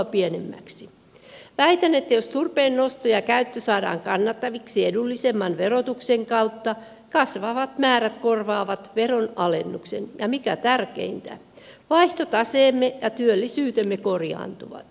väitän että jos turpeen osto ja käyttö saadaan kannattaviksi edullisemman verotuksen kautta kasvavat määrät korvaavat veron alennuksen ja mikä tärkeintä vaihtotaseemme ja työllisyytemme korjaantuvat